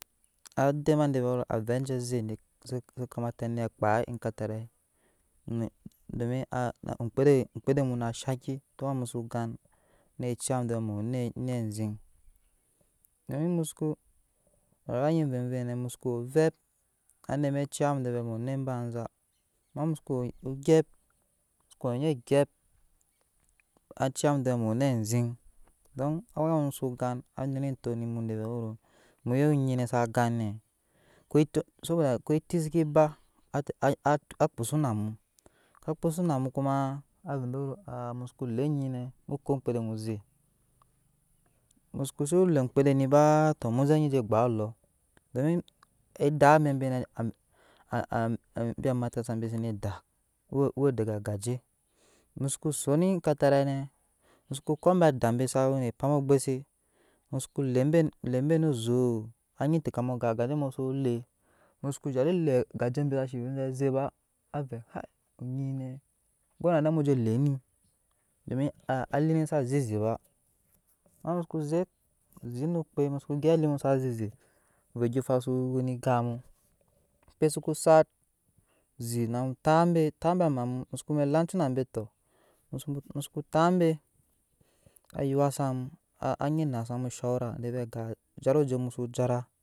Ade ma de vɛɛ aje ze ne zu kumata onet kpaa ekatarai no domi a omŋkede. omŋkpede muna shaki duk awla mu soo gan anet ciya mu de vɛɛ mu we onetnet aziŋ in mu suko kuma na voivoi nɛ musuko wo ovep anet zɛ ciya mu de vɛɛ mu we onet baiza ama musuku woo ogyɛp mu nyi gyep naa ciya mude vee mu we onet aziŋ don awa mu so gan anuna et etok ne mu vɛ de wero muya onyi nɛ sa gan nɛ weto subuda koi eti seke ba aakpu su amu za kpusu namu kuma avɛ de wero mu soko le onyinɛ mu ko onmŋkepede onnyi ze mukosi le omŋkpede ni ba muze nyi ze gbaa dɔɔ domi edaa bebe nɛ ebi amatasa bi sene dak we we dege agaje musuko zon ekataraine musake ke abe adaa be sa we ne kpam egbuse musuko lebe lebe ne zoo anyi tekam ga agaje muso le musoko zhhat de agaje be sasi we abe aze ba avɛɛ hai oni nɛ gonanɛ muzo leni domi a a aleni sa zeze ba ama musuko zek zet no kpe mosoko gyep ale mu sa zeze ovɛɛ ondyɔgafan su we ene egap mu kpe sukoo sat zet namu tp be tap abe amamu musoko la ocu nabe tɔ musoko tap ben ayuwa sam anyi annaa sam oshɔra musu jara.